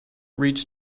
reach